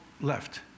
left